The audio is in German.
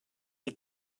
die